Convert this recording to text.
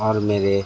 और मेरे